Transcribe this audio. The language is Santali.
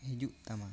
ᱦᱤᱡᱩᱜ ᱛᱟᱢᱟ ᱟᱨ